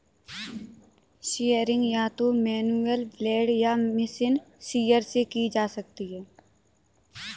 shearing या तो manual blade या मशीन शीयर से की जा सकती है